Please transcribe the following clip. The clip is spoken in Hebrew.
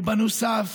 ובנוסף